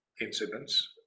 incidents